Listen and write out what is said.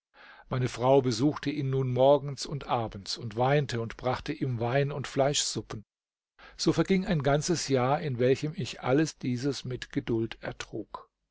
meine frau besuchte ihn nun morgens und abends und weinte und brachte ihm wein und fleischsuppen so verging ein ganzes jahr in welchem ich alles dieses mit geduld